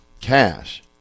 cash